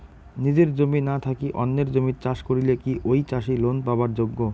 নিজের জমি না থাকি অন্যের জমিত চাষ করিলে কি ঐ চাষী লোন পাবার যোগ্য?